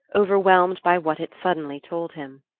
overwhelmed by what it suddenly told him.